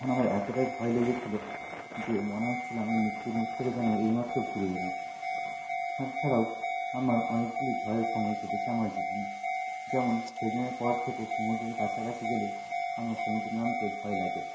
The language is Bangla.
তখন আমার এতটাই ভয় লেগেছিলো যে মনে হচ্ছিলো আমি মৃত্যুর মুখ থেকে যেন এই মাত্র ঘুরে এলাম তার ছাড়াও আমার অনেকগুলি ভয়ের সময় কেটেছে আমার জীবনে যেমন সেদিনের পর থেকে সমুদ্রের কাছাকাছি গেলে আমার সমুদ্রে নামতে ভয় লাগে